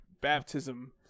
baptism